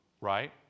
Right